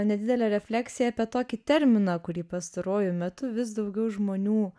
nedidelę refleksiją apie tokį terminą kurį pastaruoju metu vis daugiau žmonių